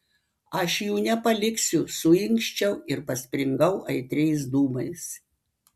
aš jų nepaliksiu suinkščiau ir paspringau aitriais dūmais